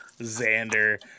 Xander